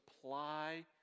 supply